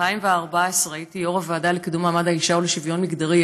ב-2014 הייתי יו"ר הוועדה לקידום מעמד האישה ולשוויון מגדרי,